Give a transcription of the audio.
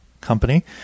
company